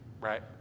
right